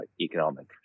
economic